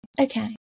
Okay